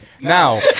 Now